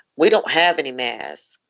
we don't have any masks.